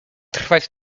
trwać